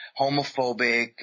homophobic